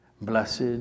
Blessed